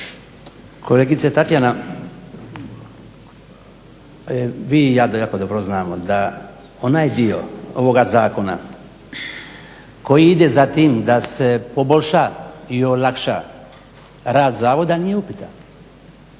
Kolegice Tatjana vi i ja jako dobro znamo da onaj dio ovoga Zakona koji ide za tim da se poboljša i olakša rad Zavoda nije upitan.